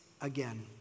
again